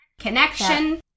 connection